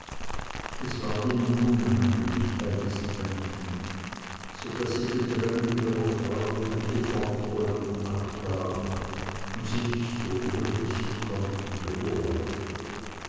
es ward ihnen unheimlich bei diesen menschen so daß sie dem drängen ihrer frauen welche fortwollten nachgaben und sich so höflich sie konnten beurlaubten